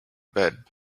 bed